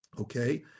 okay